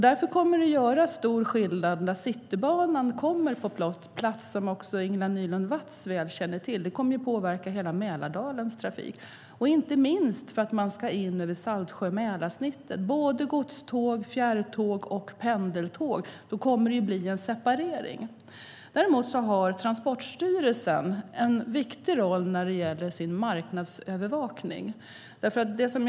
Därför kommer det att göra stor skillnad när Citybanan kommer på plats, vilket också Ingela Nylund Watz känner väl till. Det kommer att påverka hela Mälardalens trafik, inte minst för att man ska in över Saltsjö-Mälarsnittet - godståg, fjärrtåg och pendeltåg. Då kommer det att bli en separering. Däremot har Transportstyrelsen en viktig roll när det gäller marknadsövervakningen.